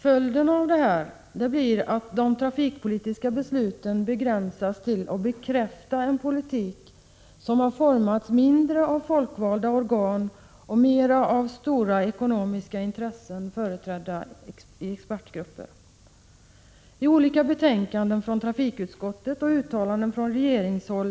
Följden blir att de trafikpolitiska besluten begränsas till att bekräfta en politik som utformats mindre av folkvalda organ och mera av stora ekonomiska intressen företrädda i expertgrupper. I olika betänkanden från trafikutskottet och uttalanden från regeringshåll — Prot.